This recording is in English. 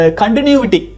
continuity